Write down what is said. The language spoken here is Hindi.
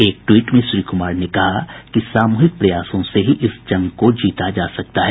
एक ट्वीट में श्री कुमार ने कहा कि सामूहिक प्रयासों से ही इस जंग को जीता जा सकता है